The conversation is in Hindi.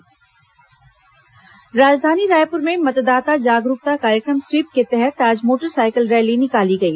स्वीप कार्यक्रम राजधानी रायपुर में मतदाता जागरूकता कार्यक्रम स्वीप के तहत आज मोटरसाइकिल रैली निकाली गई